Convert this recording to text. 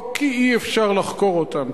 לא כי אי-אפשר לחקור אותם,